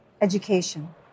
Education